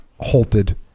halted